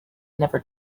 never